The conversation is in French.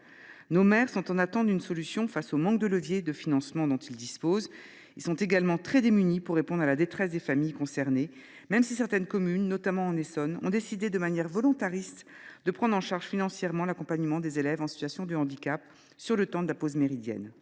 solution soit trouvée au problème du manque de leviers de financement dont ils disposent. Ils sont également très démunis pour répondre à la détresse des familles concernées, même si certaines communes, notamment en Essonne, ont décidé de manière volontariste de prendre en charge financièrement l’accompagnement des élèves en situation de handicap sur le temps de la pause méridienne.